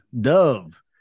Dove